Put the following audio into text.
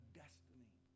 destiny